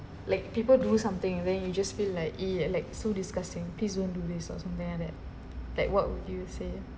like people do something then you just feel like !ee! I like so disgusting please don't do this or something like that that what would you say